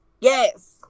Yes